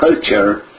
culture